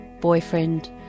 boyfriend